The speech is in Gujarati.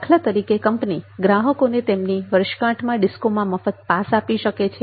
દાખલા તરીકે કંપની ગ્રાહકોને તેમની વર્ષગાંઠમાં ડિસ્કો માં મફત પાસ આપી શકે છે